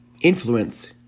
influence